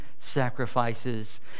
sacrifices